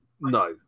no